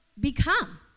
become